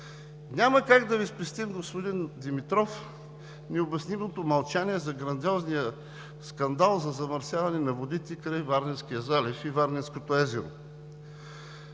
Няма как да Ви спестим, господин Димитров, необяснимото мълчание за грандиозния скандал за замърсяване на водите край Варненския залив и Варненското езеро.